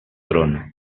trono